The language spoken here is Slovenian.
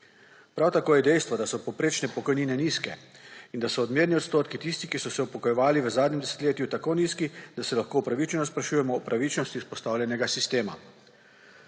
Prav tako je dejstvo, da so povprečne pokojnine nizke in da so odmerni odstotki tisti, ki so se upokojevali v zadnjem desetletju tako nizki, da se lahko upravičeno sprašujemo o pravičnosti vzpostavljenega sistema.